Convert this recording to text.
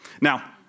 Now